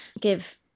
give